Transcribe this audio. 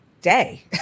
day